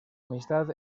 amistad